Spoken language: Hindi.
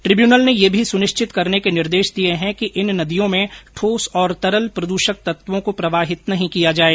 ट्रिब्यूनल ने यह भी सुनिश्चित करने के निर्देश दिए है कि इन नदियों में ठोस और तरल प्रदूषक तत्वों को प्रवाहित नहीं किया जाए